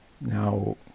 Now